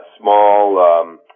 small